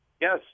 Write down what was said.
Yes